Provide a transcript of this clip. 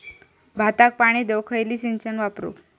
भाताक पाणी देऊक खयली सिंचन वापरू?